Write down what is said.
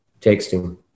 Texting